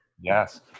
Yes